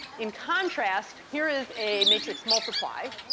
in contrast, here is a matrix multiply.